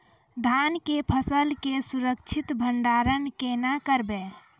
धान के फसल के सुरक्षित भंडारण केना करबै?